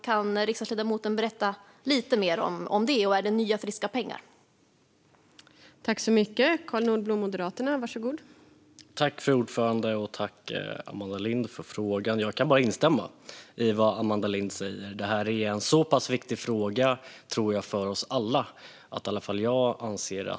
Kan riksdagsledamoten berätta lite mer om den, och är det nya friska pengar det handlar om där?